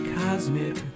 cosmic